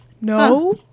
No